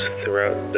throughout